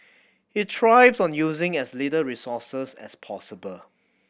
he thrives on using as little resources as possible